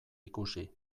ikusi